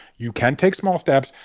you can take small steps,